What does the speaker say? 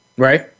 Right